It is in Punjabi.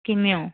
ਕਿਵੇਂ ਹੋ